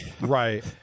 Right